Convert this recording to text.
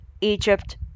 Egypt